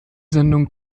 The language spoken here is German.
sendung